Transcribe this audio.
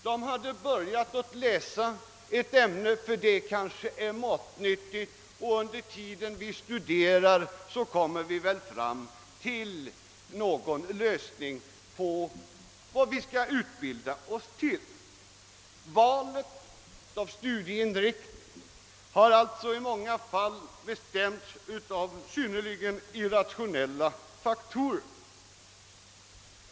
De hade börjat att läsa ett ämne med tanke på att det kanske var matnyttigt och i hopp om att de medan de studerade skulle komma fram till någon uppfattning om vad de borde utbilda sig till. Valet av studieinriktning har alltså i många fall bestämts av synnerligen ir Få I jä r rationella faktorer.